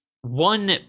one